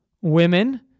women